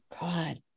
God